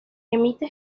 emite